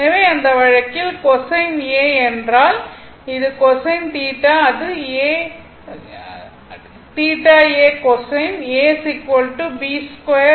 எனவே அந்த வழக்கில் கொசைன் A என்றால் இது கொசைன் θ அது θ A cosine A b2 c2